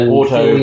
auto